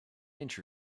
inch